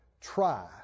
Try